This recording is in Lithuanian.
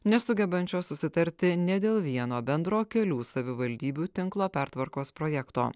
nesugebančios susitarti ne dėl vieno bendro kelių savivaldybių tinklo pertvarkos projekto